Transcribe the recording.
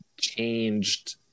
changed